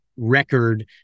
record